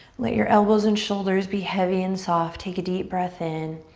let your elbows and shoulders be heavy and soft. take a deep breath in.